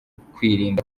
kwirinda